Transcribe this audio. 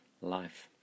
life